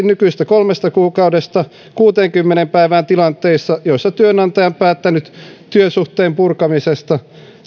nykyisestä kolmesta kuukaudesta kuuteenkymmeneen päivään tilanteissa joissa työnantaja on päättänyt työsuhteen purkamisesta